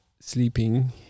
sleeping